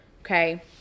Okay